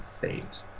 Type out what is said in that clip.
fate